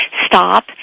stop